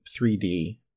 3D